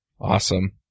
Awesome